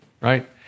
Right